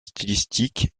stylistique